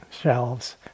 shelves